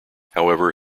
however